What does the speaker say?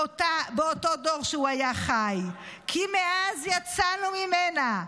באותו דור שהוא היה חי, כי מאז יצאנו ממנה,